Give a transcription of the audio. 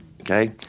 okay